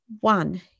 one